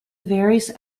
various